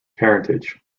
parentage